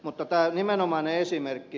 mutta tämä nimenomainen esimerkki